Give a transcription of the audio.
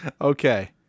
Okay